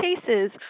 cases